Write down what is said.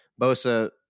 bosa